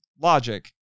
logic